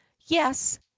Yes